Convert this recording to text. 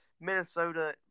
Minnesota